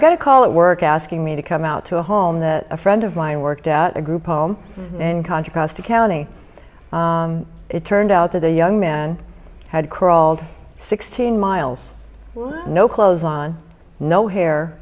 got a call at work asking me to come out to a home that a friend of mine worked at a group home in contra costa county it turned out that a young man had crawled sixteen miles no clothes on no hair